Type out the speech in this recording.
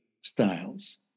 styles